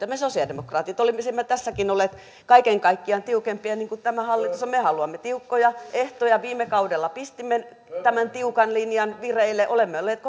me sosialidemokraatit olisimme tässäkin olleet kaiken kaikkiaan tiukempia kuin tämä hallitus on me haluamme tiukkoja ehtoja viime kaudella pistimme tämän tiukan linjan vireille olemme olleet